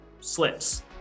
slips